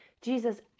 Jesus